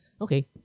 okay